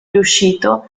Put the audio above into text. riuscito